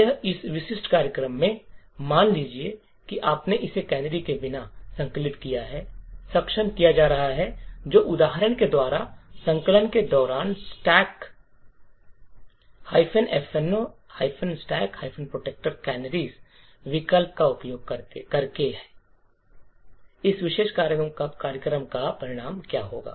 यह इस विशिष्ट कार्यक्रम में है मान लीजिए कि आपने इसे कैनरी के बिना संकलित किया है सक्षम किया जा रहा है जो उदाहरण के द्वारा संकलन के दौरान स्टैक प्रोटेक्टर कैनरी विकल्प का उपयोग करके है इस विशेष कार्यक्रम का परिणाम क्या होगा